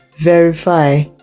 verify